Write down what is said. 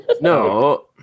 No